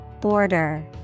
Border